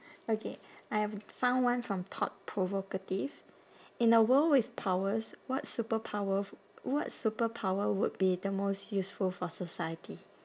okay I have found one from thought provocative in a world with powers what superpower f~ what superpower would be the most useful for society